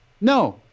No